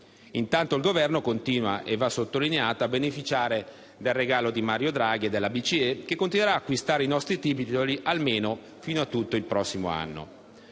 Intanto, il Governo continua, e va sottolineato, a beneficiare del regalo di Mario Draghi e della BCE, che continuerà ad acquistare i nostri titoli almeno fino a tutto il prossimo anno.